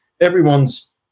everyone's